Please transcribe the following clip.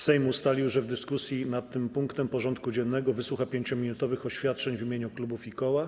Sejm ustalił, że w dyskusji nad tym punktem porządku dziennego wysłucha 5-minutowych oświadczeń w imieniu klubów i koła.